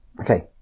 Okay